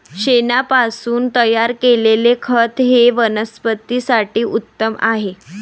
शेणापासून तयार केलेले खत हे वनस्पतीं साठी उत्तम आहे